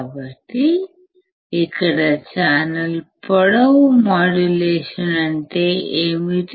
కాబట్టి ఇక్కడ ఛానల్ పొడవు మాడ్యులేషన్ అంటే ఏమిటి